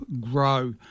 grow